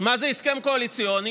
מה זה הסכם קואליציוני?